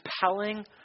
compelling